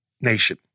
nation